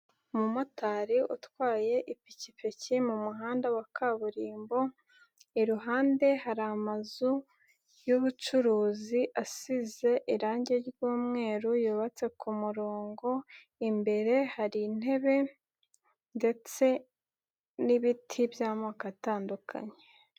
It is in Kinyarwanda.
Umumotari utwaye ipikipiki mu muhanda wa kaburimbo, iruhande hari amazu y'ubucuruzi asize irangi ry'umweru yubatse ku murongo, imbere hari intebe ndetse n'ibiti by'amoko atandukanye.